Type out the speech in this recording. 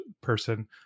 person